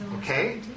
Okay